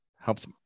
helps